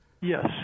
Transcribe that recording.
Yes